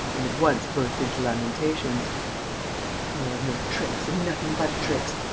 and at once burst into lamentations more of your tricks and nothing but tricks!